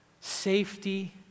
safety